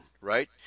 right